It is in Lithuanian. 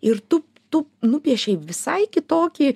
ir tu tu nupiešei visai kitokį